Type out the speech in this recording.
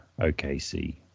OKC